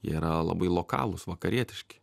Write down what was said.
yra labai lokalūs vakarietiški